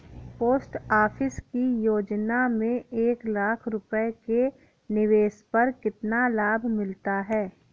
Post office की योजना में एक लाख रूपए के निवेश पर कितना लाभ मिलता है?